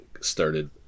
started